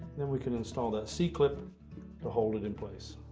then we can install that c-clip to hold it in place.